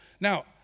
Now